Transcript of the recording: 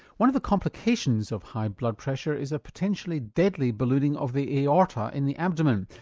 one of the complications of high blood pressure is a potentially deadly ballooning of the aorta in the abdomen.